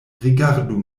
rigardu